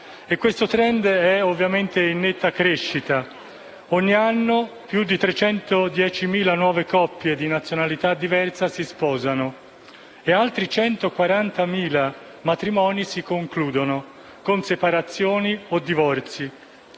e questo *trend* è in netta crescita. Ogni anno più di 310.000 nuove coppie di nazionalità diversa si sposano e altri 140.000 matrimoni si concludono con separazioni o divorzi.